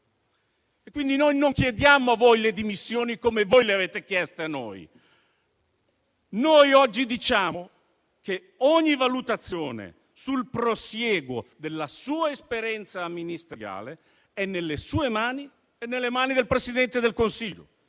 quindi noi non chiediamo a voi le dimissioni come voi le avete chieste a noi. Noi oggi diciamo che ogni valutazione sul prosieguo della sua esperienza ministeriale è nelle sue mani e nelle mani del Presidente del Consiglio,